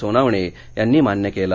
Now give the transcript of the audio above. सोनावणे यांनी मान्य केला